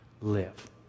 live